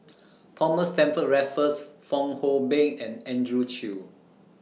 Thomas Stamford Raffles Fong Hoe Beng and Andrew Chew